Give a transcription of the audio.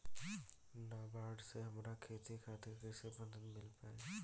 नाबार्ड से हमरा खेती खातिर कैसे मदद मिल पायी?